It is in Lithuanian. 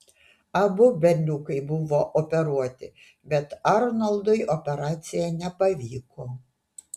abu berniukai buvo operuoti bet arnoldui operacija nepavyko